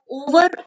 over